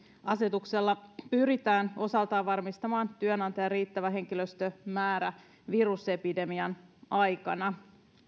asetuksella pyritään osaltaan varmistamaan työnantajan riittävä henkilöstömäärä virusepidemian aikana